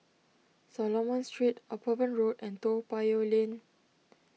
Solomon Street Upavon Road and Toa Payoh Lane